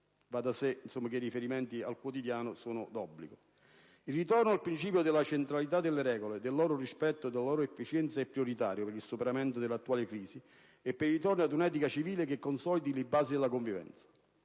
cittadino; i riferimenti al quotidiano sono d'obbligo. Il ritorno al principio della centralità delle regole, del loro rispetto e della loro efficienza è prioritario per il superamento dell'attuale crisi e per il ritorno ad un'etica civile che consolidi le basi della convivenza.